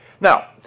Now